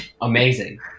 Amazing